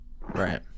Right